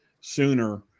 sooner